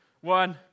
one